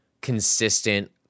consistent